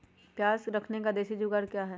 प्याज रखने का देसी जुगाड़ क्या है?